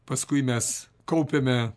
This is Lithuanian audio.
paskui mes kaupiame